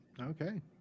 Okay